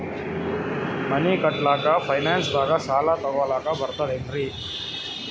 ಮನಿ ಕಟ್ಲಕ್ಕ ಫೈನಾನ್ಸ್ ದಾಗ ಸಾಲ ತೊಗೊಲಕ ಬರ್ತದೇನ್ರಿ?